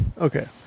Okay